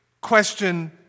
question